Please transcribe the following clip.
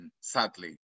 sadly